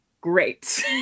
great